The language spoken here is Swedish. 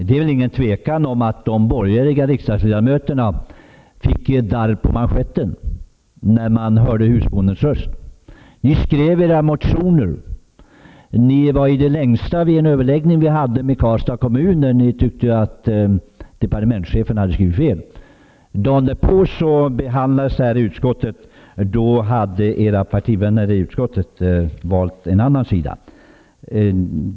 Det inte är någon tvekan om att de borgerliga riksdagsledamöterna darrade på manschetten när de hörde husbondens röst. Ni skrev era motioner, och ni var med i det längsta i överläggningarna med Karlstads kommun, där ni tyckte att departementschefen hade skrivit fel. Men dagen därpå behandlades detta ärende i utskottet, och då hade era partivänner i utskottet valt en annan sida.